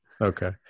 okay